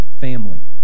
family